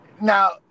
now